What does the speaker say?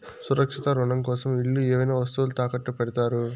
సురక్షిత రుణం కోసం ఇల్లు ఏవైనా వస్తువులు తాకట్టు పెడతారు